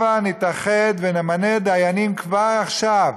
הבה נתאחד ונמנה דיינים כבר עכשיו,